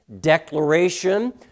declaration